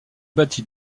bâti